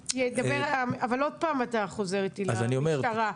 עוד פעם אתה חוזר למשטרה.